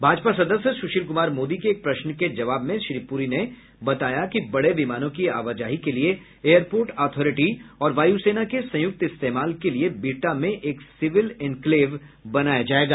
भाजपा सदस्य सुशील कुमार मोदी के एक प्रश्न के जवाब में श्री पुरी ने बताया कि बड़े विमानों की आवाजाही के लिये एयरपोर्ट अथॉरिटी और वायुसेना के संयुक्त इस्तेमाल के लिये बिहटा में एक सिविल इनक्लेव बनाया जायेगा